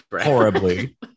horribly